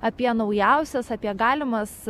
apie naujausias apie galimas